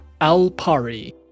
Alpari